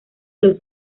los